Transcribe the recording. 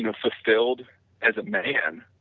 you know fulfilled as a man,